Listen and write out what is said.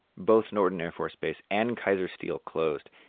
both norton air force base and kaiser steel closed,